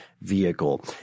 Vehicle